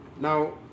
Now